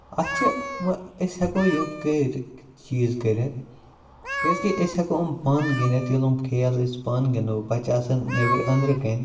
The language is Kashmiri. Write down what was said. اَتھ چھِ وۄنۍ أسۍ ہیٚکو یہِ کٔرِ چیٖز کٔرِتھ کیاز کہِ أسۍ ہیٚکو یِم پانہٕ گِنٛدِتھ ییٚلہِ یِم کھیل أسۍ پانہٕ گِنٛدو بَچہٕ آسَن نٮ۪برٕ أنٛدرٕ کَنۍ